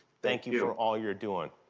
thank you you for all you're doing.